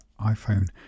iphone